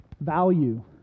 Value